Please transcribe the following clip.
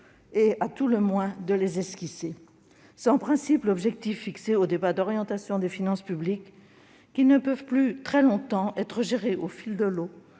et, à tout le moins, de les esquisser. C'est en principe l'objectif assigné au débat d'orientation des finances publiques. Ces dernières ne pourront plus très longtemps être gérées au fil de l'eau,